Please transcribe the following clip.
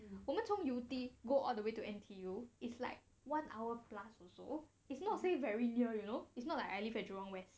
我们从 yew tee go all the way to N_T_U is like one hour plus also it's not say very near you know it's not like I live at jurong west